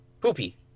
poopy